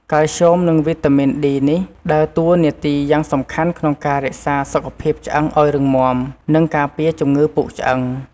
កាល់ស្យូម និង វីតាមីន D នេះដើរតួនាទីយ៉ាងសំខាន់ក្នុងការរក្សាសុខភាពឆ្អឹងឱ្យរឹងមាំ និងការពារជំងឺពុកឆ្អឹង។